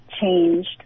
changed